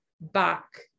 back